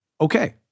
okay